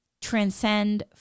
transcend